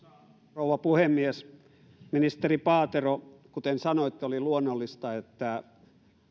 rouva puhemies ministeri paatero kuten sanoitte oli luonnollista että